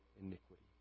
iniquity